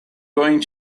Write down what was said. going